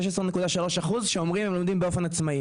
16.3% שאומרים שהם לומדים באופן עצמאי.